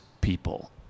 people